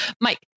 Mike